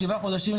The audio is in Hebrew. שבעה חודשים,